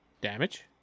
damage